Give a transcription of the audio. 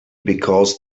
because